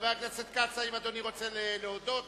חבר הכנסת כץ, האם אדוני רוצה להודות?